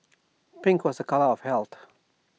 pink was A colour of health